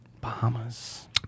bahamas